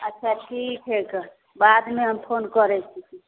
अच्छा ठीक हइ तऽ बादमे हम फोन करै छी